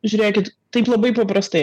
žiūrėkit taip labai paprastai